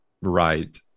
right